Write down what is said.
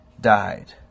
died